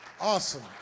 Awesome